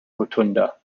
rotunda